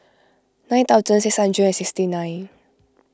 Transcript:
nine thousand six hundred and sixty nine